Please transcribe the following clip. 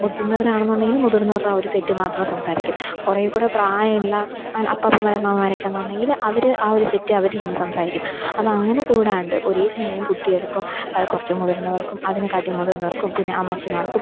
മുതിർന്നവരാണന്നുണ്ടെങ്കില് മുതിർന്നവരുടെ ആ ഒരു സെറ്റ് മാത്രം സംസാരിക്കും കുറേ കൂടെ പ്രായമുള്ള കൊറ് അപ്പാപ്പന്മാര് അമ്മാമമാരൊക്കെന്നുണ്ടെങ്കില് അവര് ആ ഒരു സെറ്റ് അവരിരുന്ന് സംസാരിക്കും അപ്പോള് അങ്ങനെ കൂടാണ്ട് ഒരേ സമയം കുട്ടികൾക്കും കുറച്ച് മുതിർന്നവർക്കും അതിനേകാട്ടില് മുതിർന്നവർക്കും പിന്നെ അമ്മച്ചിമാർക്കും